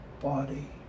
body